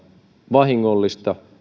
vahingollista